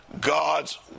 God's